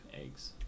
eggs